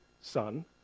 Son